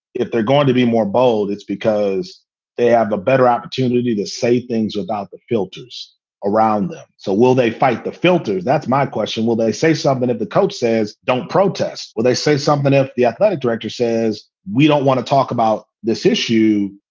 if they're going to be more bold, it's because they have the better opportunity to say things without the filters around them. so will they fight the filter? that's my question. will they say something at the. says, don't protest. well, they say something if the athletic director says we don't want to talk about this issue.